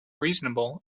reasonable